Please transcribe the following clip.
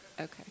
okay